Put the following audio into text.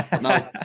No